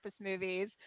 movies